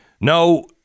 No